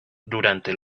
durante